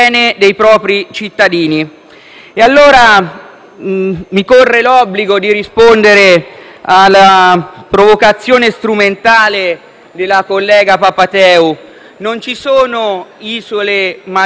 allora l'obbligo di rispondere alla provocazione strumentale della collega Papatheu: non ci sono isole maggiori o minori per dimensioni,